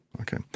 Okay